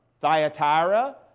Thyatira